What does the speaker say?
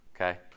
Okay